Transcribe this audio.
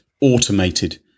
automated